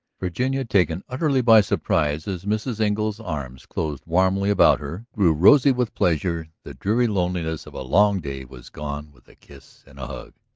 virginia, taken utterly by surprise as mrs. engle's arms closed warmly about her, grew rosy with pleasure the dreary loneliness of a long day was gone with a kiss and a hug.